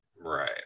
Right